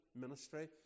ministry